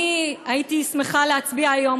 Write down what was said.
אני הייתי שמחה להצביע היום,